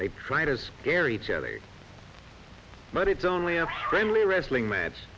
they try to scare each other but it's only a friendly wrestling match